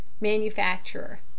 Manufacturer